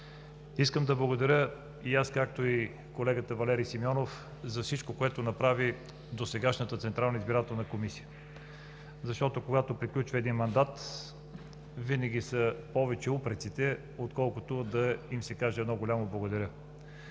Искам да благодаря и аз, както колегата Валери Симеонов, за всичко, което направи досегашната Централна избирателна комисия, защото когато приключва един мандат, винаги повече са упреците, отколкото да им се каже едно голямо благодаря.